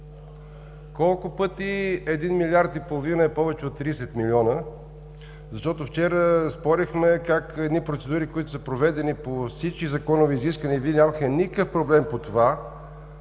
колко пъти един милиард и половина е повече от 30 милиона? Защото вчера спорихме как едни процедури, които са проведени по всички законови изисквания и Вие нямахте никакъв проблем по това,